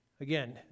again